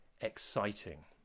exciting